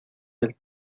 del